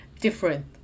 different